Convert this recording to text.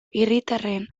hiritarren